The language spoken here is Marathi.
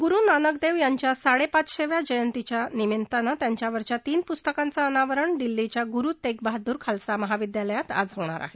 गुरु नानकदेव यांच्या साडेपाचशेव्या जयंतीच्या निमित्ताने त्यांच्यावरच्या तीन पुस्तकांचं अनावरण दिल्लीच्या गुरू तेगबहादूर खालसा महाविद्यालयात आज होणार आहे